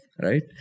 Right